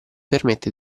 permette